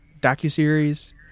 docuseries